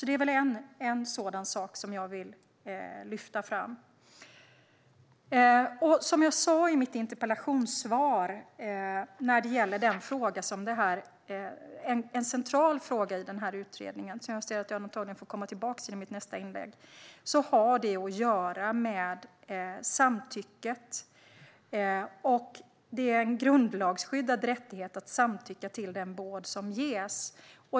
Detta är något som jag vill lyfta fram. En central fråga i denna utredning, som jag sa i mitt interpellationssvar, har att göra med samtycket. Det är en grundlagsskyddad rättighet att samtycka till den vård som ges.